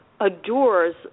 adores